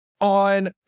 on